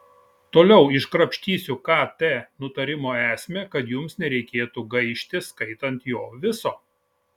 toliau iškrapštysiu kt nutarimo esmę kad jums nereikėtų gaišti skaitant jo viso